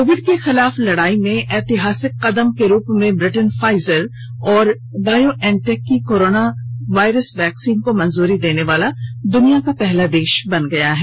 Covid के खिलाफ लडाई में ऐतिहासिक कदम के रूप में ब्रिटेन फाइजर और बायोएनटेक की कोरोना वायरस वैक्सीन को मंजरी देने वाला दुनिया का पहला देश बना गया है